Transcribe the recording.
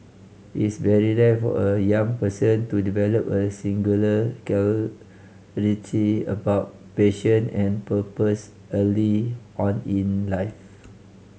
it's very rare for a young person to develop a singular clarity about passion and purpose early on in life